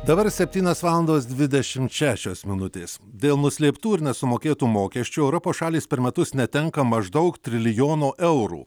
dabar septynios valandos dvidešimt šešios minutės dėl nuslėptų ir nesumokėtų mokesčių europos šalys per metus netenka maždaug trilijono eurų